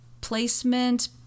placement